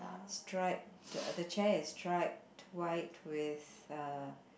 striped uh the chair is striped white with uh